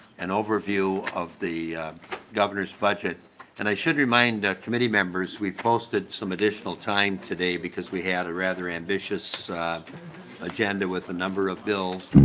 an overview of the governor's budget and i should remind committee members we posted some additional time today because he had a rather ambitious agenda with a number of bills.